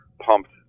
pumped